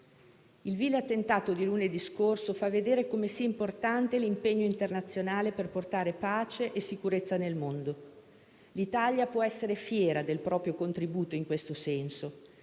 Il vile attentato di lunedì scorso fa vedere come sia importante l'impegno internazionale per portare pace e sicurezza nel mondo. L'Italia può essere fiera del proprio contributo in questo senso.